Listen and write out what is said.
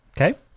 Okay